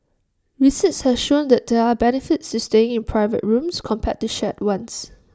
research has shown that there are benefits to staying in private rooms compared to shared ones